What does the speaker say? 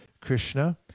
Krishna